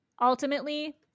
Ultimately